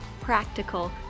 practical